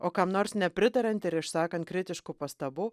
o kam nors nepritariant ir išsakant kritiškų pastabų